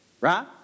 Right